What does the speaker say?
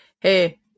Hey